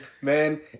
man